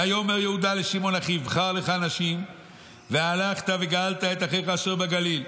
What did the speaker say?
ויאמר יהודה לשמעון אחיו: בחר לך אנשים והלכת וגאלת את אחיך אשר בגליל,